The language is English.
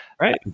Right